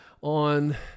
on